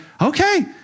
okay